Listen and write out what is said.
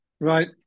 Right